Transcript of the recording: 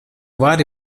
vari